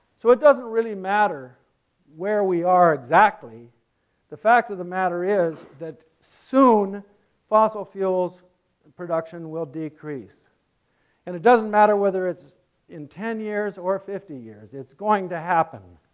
so it doesn't really matter where we are exactly the fact of the matter is that soon fossil fuel and production will decrease and it doesn't matter whether it's in ten years or fifty years, it's going to happen.